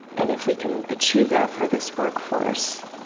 and if we can achieve that for this workforce,